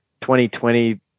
2020